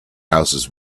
houses